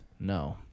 No